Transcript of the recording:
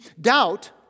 doubt